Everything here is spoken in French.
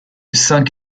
cinq